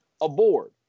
aboard